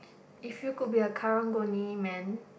if you could be a karang guni man